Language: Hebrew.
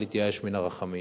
אל יתייאש מן הרחמים.